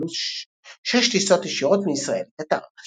תוכננו 6 טיסות ישירות מישראל לקטר.